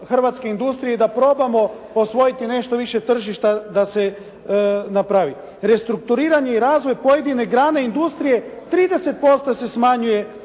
hrvatske industrije i da probamo osvojiti nešto više tržišta da se napravi. Restrukturiranje i razvoj pojedine grane industrije 30% se smanjuje